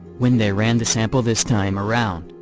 when they ran the sample this time around,